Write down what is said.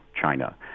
China